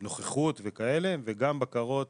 נוכחות וכאלה וגם בקרות